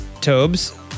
Tobes